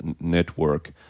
Network